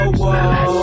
whoa